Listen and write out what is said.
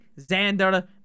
Xander